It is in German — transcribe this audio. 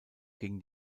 gegen